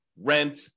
rent